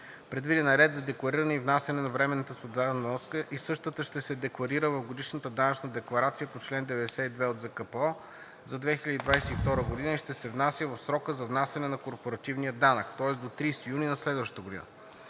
Предвиден е ред за деклариране и внасяне на временната солидарна вноска и същата ще се декларира в годишната данъчна декларация по чл. 92 от ЗКПО за 2022 г. и ще се внася в срока за внасяне на корпоративния данък, тоест до 30 юни на следващата година.